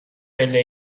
پله